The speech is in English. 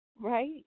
right